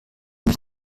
mich